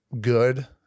good